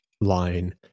line